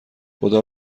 خدا